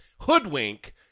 hoodwink